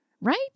right